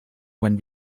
when